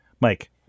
Mike